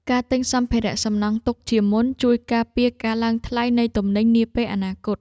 ការទិញសម្ភារៈសំណង់ទុកជាមុន ជួយការពារការឡើងថ្លៃនៃទំនិញនាពេលអនាគត។